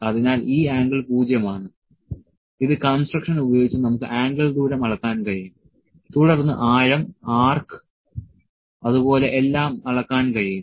അതിനാൽ ഈ ആംഗിൾ 0 ആണ് ഇത് കൺസ്ട്രക്ഷൻ ഉപയോഗിച്ച് നമുക്ക് ആംഗിൾ ദൂരം അളക്കാൻ കഴിയും തുടർന്ന് ആഴം ആർക്ക് depth arc അതുപോലെ എല്ലാം അളക്കാൻ കഴിയും